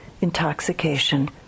intoxication